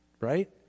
right